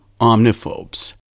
Omniphobes